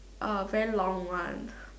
uh very long one